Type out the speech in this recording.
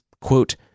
quote